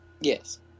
Yes